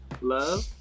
love